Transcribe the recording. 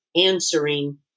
answering